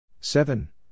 Seven